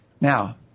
Now